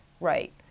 right